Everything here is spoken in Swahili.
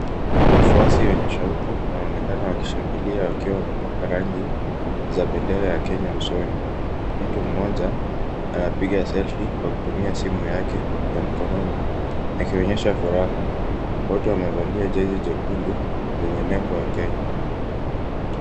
Wafuasi wenye shauku wanaonekana wakishangilia wakiwa wamepaka rangi za bendera ya Kenya usoni. Mtu mmoja, anapiga selfie kwa kutumia simu yake ya mkononi akionyesha furaha. Wote wamevalia jezi nyekundu, yenye nembo ya Kenya.